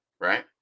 right